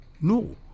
No